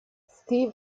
steve